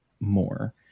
more